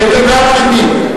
למגינת לבי,